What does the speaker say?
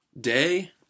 day